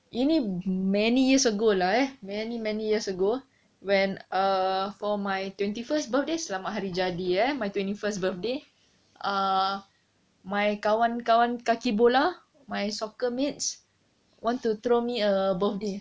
ini many years ago lah eh many many years ago when a for my twenty first birthday selamat hari jadi eh my twenty first birthday ah my kawan-kawan kaki bola my soccer mates want to throw me a birthday